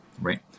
right